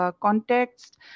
Context